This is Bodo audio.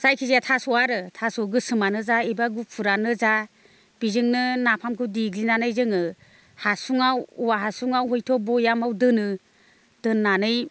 जायखि जाया थास' आरो थास' गोसोमानो जा एबा गुफुरानो जा बिजोंनो नाफामखौ देग्लिनानै जोङो हासुङाव औवा हासुङाव हयथ' बयेमाव दोनो दोननानै